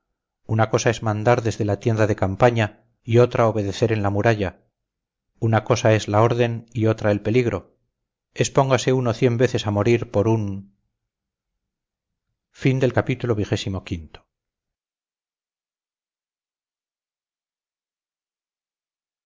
una cosa es mandar desde la tienda de campaña y otra obedecer en la muralla una cosa es la orden y otra el peligro expóngase uno cien veces a morir por un